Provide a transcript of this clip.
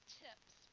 tips